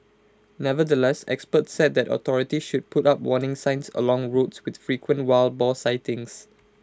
nevertheless experts said that authorities should put up warning signs along roads with frequent wild boar sightings